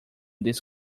this